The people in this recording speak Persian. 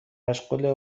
مشغوله